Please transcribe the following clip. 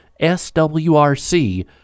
SWRC